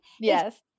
Yes